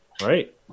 Right